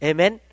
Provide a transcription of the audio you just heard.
Amen